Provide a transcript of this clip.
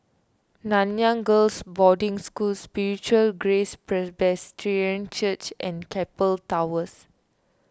Nanyang Girls' Boarding School Spiritual Grace Presbyterian Church and Keppel Towers